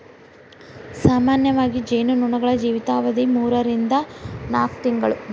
ಸಾಮಾನ್ಯವಾಗಿ ಜೇನು ನೊಣಗಳ ಜೇವಿತಾವಧಿ ಮೂರರಿಂದ ನಾಕ ತಿಂಗಳು